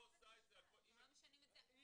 --- בית משפט.